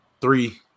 Three